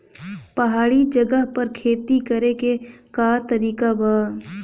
पहाड़ी जगह पर खेती करे के का तरीका बा?